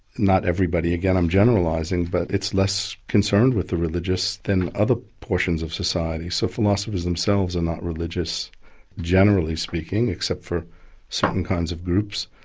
not everybody, again i'm generalising but it's less concerned with the religious than other portions of society. so philosophers themselves are not religious generally speaking, except for certain kinds of groups.